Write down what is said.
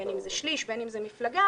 בין זה שליש ובין זה מפלגה,